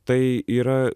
tai yra